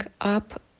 up